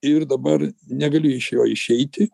ir dabar negaliu iš jo išeiti